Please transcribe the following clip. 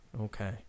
Okay